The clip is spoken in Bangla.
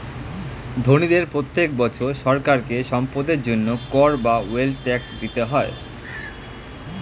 ধনীদের প্রত্যেক বছর সরকারকে সম্পদের জন্য কর বা ওয়েলথ ট্যাক্স দিতে হয়